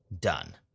Done